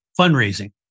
fundraising